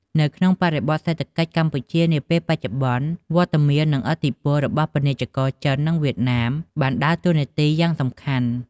នៅក្នុងបរិបទសេដ្ឋកិច្ចកម្ពុជានាពេលបច្ចុប្បន្ន វត្តមាននិងឥទ្ធិពលរបស់ពាណិជ្ជករចិននិងវៀតណាមបានដើរតួនាទីយ៉ាងសំខាន់។